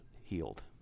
healed